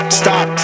stop